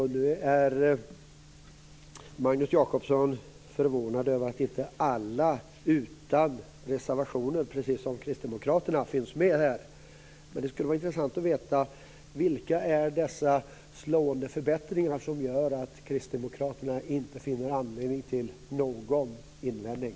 Nu är Magnus Jacobsson förvånad över att inte alla utan reservationer, precis som kristdemokraterna, är med på det här. Men det skulle vara intressant att veta: Vilka är dessa slående förbättringar som gör att kristdemokraterna inte finner anledning till någon invändning?